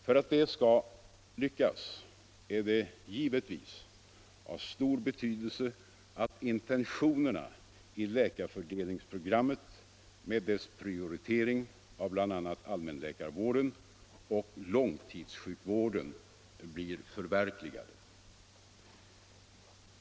För att det skall lyckas är det givetvis av stor betydelse att intentionerna i läkar fördelningsprogrammet med dess prioritering av bl.a. allmänläkarvården och långtidssjukvården blir förverkligade.